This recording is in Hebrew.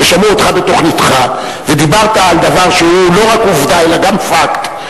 כששמעו אותך בתוכניתך ודיברת על דבר שהוא לא רק עובדה אלא גם fact,